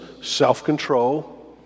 self-control